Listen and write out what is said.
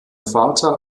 vater